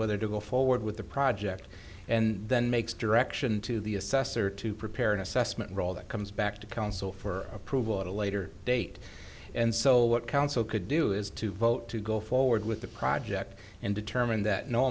whether to go forward with the project and then makes direction to the assessor to prepare an assessment role that comes back to council for approval at a later date and so what council could do is to vote to go forward with the project and determine that no